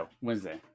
wednesday